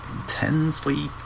intensely